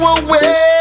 away